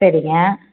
சரிங்க